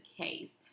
case